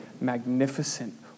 magnificent